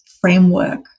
framework